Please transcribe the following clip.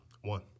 one